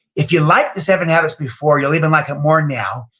if you liked the seven habits before, you'll even like it more now.